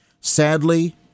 Sadly